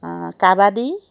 kabaddi